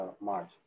March